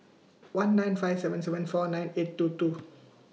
one nine five seven seven four nine eight two two